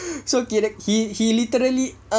so kir~ he literally